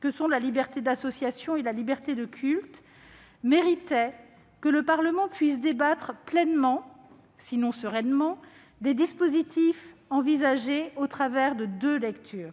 comme la liberté d'association et la liberté de culte, méritaient que le Parlement puisse débattre pleinement, sinon sereinement, des dispositifs envisagés, au travers de deux lectures.